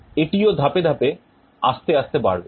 এটিও ধাপে ধাপে আস্তে আস্তে বাড়বে